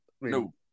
No